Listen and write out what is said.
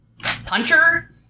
Puncher